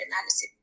analysis